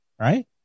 right